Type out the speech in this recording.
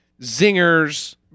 Zingers